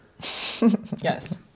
Yes